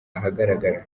ahagaragara